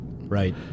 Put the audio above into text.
Right